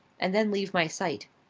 and then leave my sight.